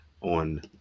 on